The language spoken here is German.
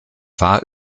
war